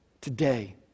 Today